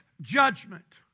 judgment